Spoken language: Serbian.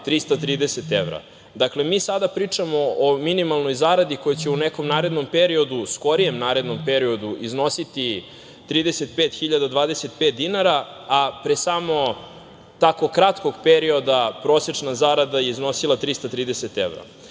330 evra. Dakle, mi sada pričamo o minimalnoj zaradi koja će u nekom narednom periodu, skorijem narednom periodu iznositi 35.025 dinara, a pre samo tako kratkog perioda prosečna zarada je iznosila 330